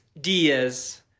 Diaz